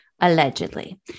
allegedly